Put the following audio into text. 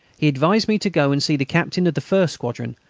he advised me to go and see the captain of the first squadron,